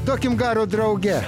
duokim garo drauge